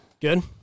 Good